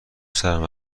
سرم